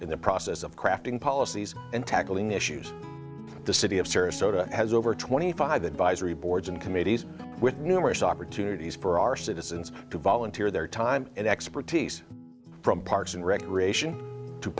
in the process of crafting policies and tackling issues the city of sarasota has over twenty five advisory boards and committees with numerous opportunities for our citizens to volunteer their time and expertise from parks and recreation to